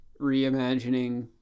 reimagining